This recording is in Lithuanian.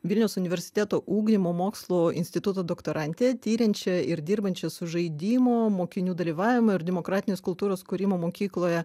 vilniaus universiteto ugdymo mokslo instituto doktorantė tiriančia ir dirbančia su žaidimo mokinių dalyvavimo ir demokratinės kultūros kūrimu mokykloje